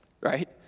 right